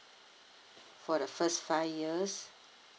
for the first five years